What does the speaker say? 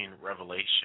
revelation